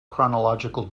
chronological